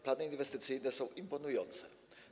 Plany inwestycyjne są imponujące.